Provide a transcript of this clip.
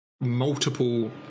Multiple